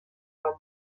com